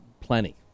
plenty